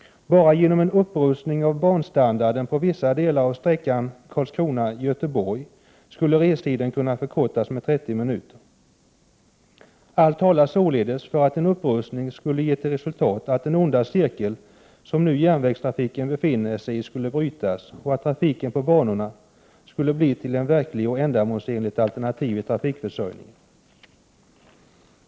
Bara genom en upprustning av banstandarden på vissa delar av sträckan Karlskrona-Göteborg skulle restiden kunna förkortas med 30 minuter. Allt talar således för att en upprustning skulle ge till resultat att den onda cirkel som nu järnvägstrafiken befinner sig i skulle brytas och att trafiken på banorna skulle bli till ett verkligt och ändamålsenligt alternativ i trafikförsörjningen.